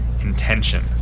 intention